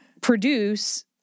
produce